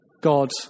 God